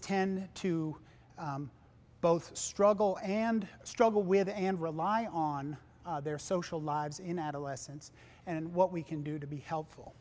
tend to both struggle and struggle with and rely on their social lives in adolescence and what we can do to be helpful